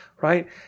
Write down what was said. Right